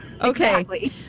Okay